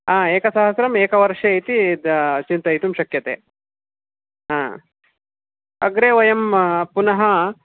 एकसहस्रम् एकवर्षे इति चिन्तयितुं शक्यते अग्रे वयं पुनः